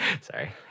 Sorry